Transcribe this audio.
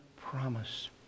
promise